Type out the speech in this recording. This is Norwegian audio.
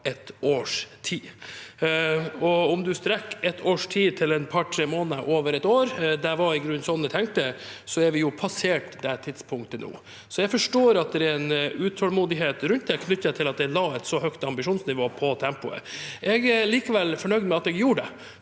et års tid. Om du strekker «et års tid» til et par– tre måneder over ett år – det var i grunnen slik jeg tenkte – har vi jo passert det tidspunktet nå, så jeg forstår at det er en utålmodighet rundt det knyttet til at jeg la et så høyt ambisjonsnivå på tempoet. Jeg er likevel for